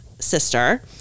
sister